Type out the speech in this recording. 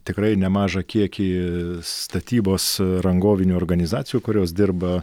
tikrai nemažą kiekį statybos rangovinių organizacijų kurios dirba